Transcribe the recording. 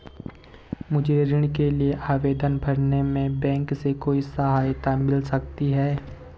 मुझे ऋण के लिए आवेदन भरने में बैंक से कोई सहायता मिल सकती है?